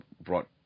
brought